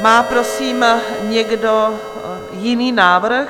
Má, prosím, někdo jiný návrh?